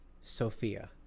Sophia